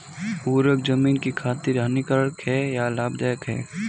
उर्वरक ज़मीन की खातिर हानिकारक है या लाभदायक है?